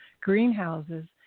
greenhouses